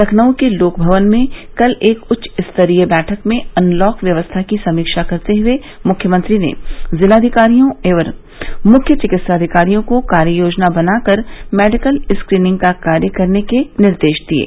लखनऊ के लोकभवन में कल एक उच्चस्तरीय बैठक में अनलॉक व्यवस्था की समीक्षा करते हुए मुख्यमंत्री ने जिलाधिकारियों और मुख्य चिकित्साधिकारियों को कार्य योजना बनाकर मेडिकल स्क्रीनिंग का कार्य करने के निर्देश दिये